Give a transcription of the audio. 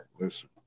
listen